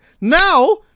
Now